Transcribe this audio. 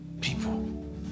people